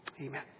Amen